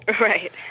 Right